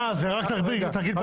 אה, זה רק תרגיל פרלמנטרי?